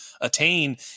attain